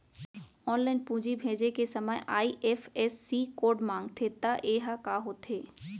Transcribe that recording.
Online पूंजी भेजे के समय आई.एफ.एस.सी कोड माँगथे त ये ह का होथे?